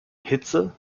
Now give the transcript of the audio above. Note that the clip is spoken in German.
hitze